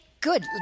good